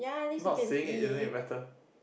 not seeing it isn't it better